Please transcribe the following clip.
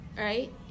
Right